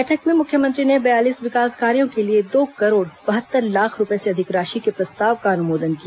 बैठक में मुख्यमंत्री ने बयालीस विकास कार्यों के लिए दो करोड़ बहत्तर लाख रूपये से अधिक राशि के प्रस्ताव का अनुमोदन किया